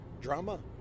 drama